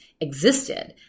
existed